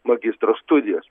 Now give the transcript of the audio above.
magistro studijos